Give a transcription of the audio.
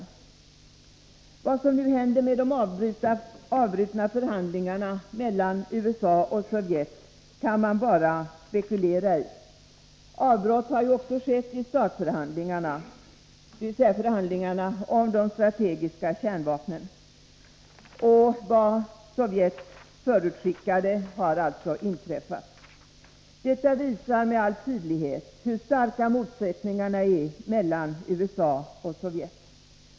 I fråga om vad som nu händer med de avbrutna förhandlingarna mellan USA och Sovjet kan man bara spekulera. Avbrott har också skett i START-förhandlingarna, dvs. förhandlingarna om strategiska kärnvapen. Vad Sovjet förutskickade har alltså inträffat. Detta visar med all tydlighet hur starka motsättningarna är mellan USA och Sovjet.